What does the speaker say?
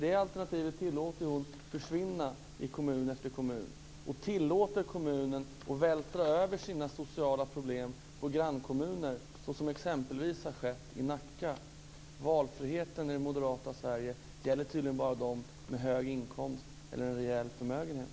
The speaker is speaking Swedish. Det alternativet tillåter hon att försvinna i kommun efter kommun. Hon tillåter kommuner att vältra över sina sociala problem på grannkommuner, såsom exempelvis har skett i Nacka. Valfriheten i det moderata Sverige gäller tydligen bara dem med hög inkomst eller en rejäl förmögenhet.